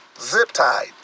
zip-tied